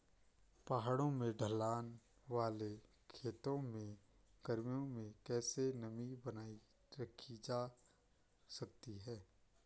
पहाड़ों में ढलान वाले खेतों में गर्मियों में कैसे नमी बनायी रखी जा सकती है?